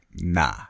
nah